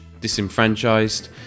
disenfranchised